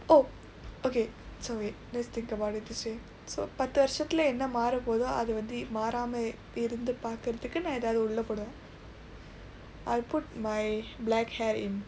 oh okay so wait let's think about it this way so பத்து வர்ஷத்தில என்ன மாற போது அது வந்து மாறாம இருந்து பார்க்கிறதுக்கு நான் ஏதாவது உள்ள போடுவேன்:paththu varshaththila enna maara poothu athu vandthu maaraama irundthu paarkirathukku naan eethaavathu ulla pooduveen I'll put my black hair in